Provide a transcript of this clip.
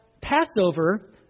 Passover